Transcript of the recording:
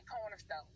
cornerstone